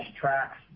tracks